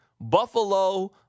Buffalo